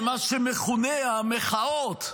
במה שמכונה המחאות,